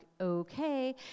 okay